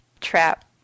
trap